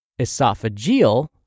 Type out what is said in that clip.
Esophageal